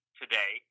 today